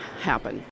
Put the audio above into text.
happen